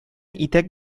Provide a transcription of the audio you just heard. итәк